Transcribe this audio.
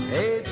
Hey